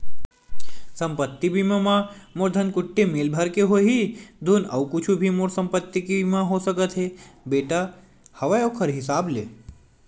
संपत्ति बीमा म मोर धनकुट्टी मील भर के होही धुन अउ कुछु भी मोर संपत्ति के बीमा हो सकत हे बेटा हवय ओखर हिसाब ले?